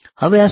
હવે આ શું છે